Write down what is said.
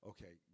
Okay